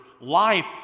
life